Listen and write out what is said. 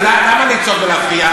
את יודעת, למה לצעוק ולהפריע?